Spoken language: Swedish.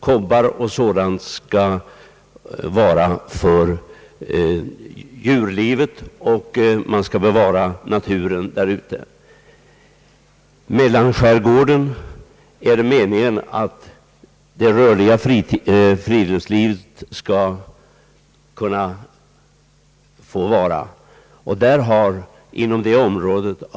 Kobbar och dylikt skall reserveras för djurlivet, och man skall bevara naturen i ytterskärgården. Det rörliga friluftslivet skall få hålla till i mellanskärgården.